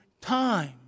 time